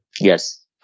Yes